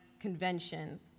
convention